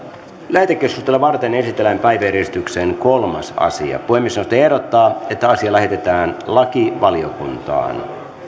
lähetekeskustelua varten esitellään päiväjärjestyksen kolmas asia puhemiesneuvosto ehdottaa että asia lähetetään lakivaliokuntaan